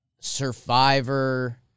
Survivor